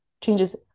changes